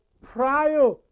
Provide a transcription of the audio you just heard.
prior